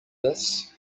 this